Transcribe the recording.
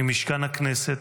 ממשכן הכנסת,